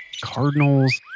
cardinals,